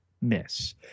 miss